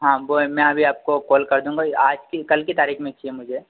हाँ बो मैं अभी आपको कॉल कर दूंगा आज की कल की तारीख़ में चाहिए मुझे